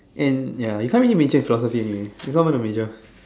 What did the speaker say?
and ya you can't really major in philosophy anyway it's not even a major